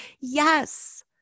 Yes